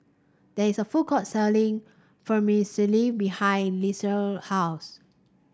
there is a food court selling Vermicelli behind house